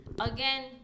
Again